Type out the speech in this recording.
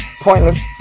pointless